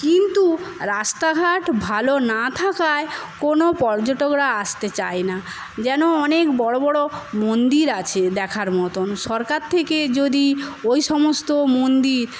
কিন্তু রাস্তাঘাট ভালো না থাকায় কোনও পর্যটকরা আসতে চায় না যেন অনেক বড়ো বড়ো মন্দির আছে দেখার মতন সরকার থেকে যদি ওই সমস্ত মন্দির